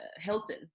hilton